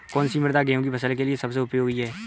कौन सी मृदा गेहूँ की फसल के लिए सबसे उपयोगी है?